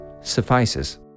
suffices